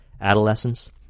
Adolescence